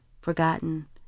forgotten